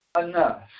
enough